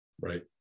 Right